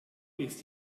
ist